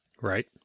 Right